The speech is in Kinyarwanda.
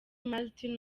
martin